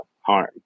harm